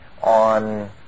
on